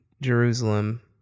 Jerusalem